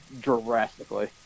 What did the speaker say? drastically